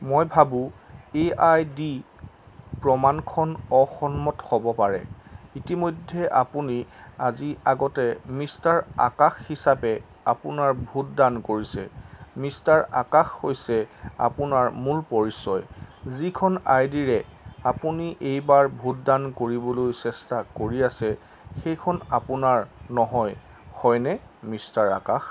মই ভাবো এই আই ডি প্ৰমাণখন অসন্মত হ'ব পাৰে ইতিমধ্যে আপুনি আজি আগতে মিষ্টাৰ আকাশ হিচাপে আপোনাৰ ভোটদান কৰিছে মিষ্টাৰ আকাশ হৈছে আপোনাৰ মূল পৰিচয় যিখন আই ডি ৰে আপুনি এইবাৰ ভোটদান কৰিবলৈ চেষ্টা কৰি আছে সেইখন আপোনাৰ নহয় হয়নে মিষ্টাৰ আকাশ